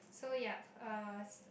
so yup uh